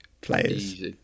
players